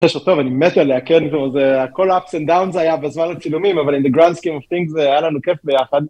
‫תשע טוב, אני מתי עליה, ‫כל ה-ups and downs היה בזמן הצילומים, ‫אבל in the grand scheme of things ‫היה לנו כיף ביחד.